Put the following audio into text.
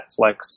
Netflix